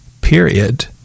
Period